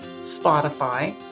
Spotify